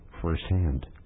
firsthand